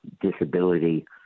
disability